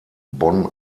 bonn